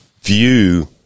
View